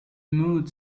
mood